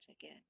again